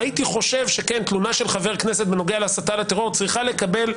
הייתי חושב שכן תלונה של חבר כנסת בנוגע להסתה לטרור צריכה לקבל,